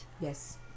Yes